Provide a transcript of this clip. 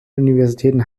universitäten